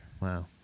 Wow